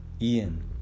ian